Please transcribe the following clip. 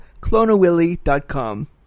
clonawilly.com